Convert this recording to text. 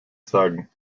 sagen